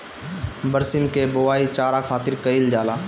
बरसीम के बोआई चारा खातिर कईल जाला